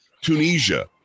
Tunisia